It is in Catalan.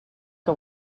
que